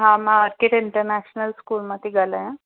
हा मां Orchid International School मां थी ॻाल्हायां